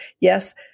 Yes